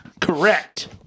Correct